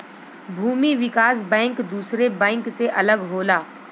भूमि विकास बैंक दुसरे बैंक से अलग होला